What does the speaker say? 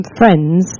friends